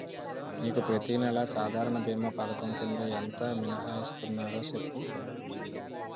నీకు ప్రతి నెల సాధారణ భీమా పధకం కింద ఎంత మినహాయిస్తన్నారో సెప్పు